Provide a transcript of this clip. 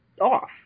off